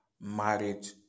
marriage